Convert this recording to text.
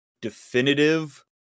definitive